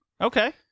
Okay